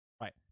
right